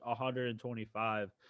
125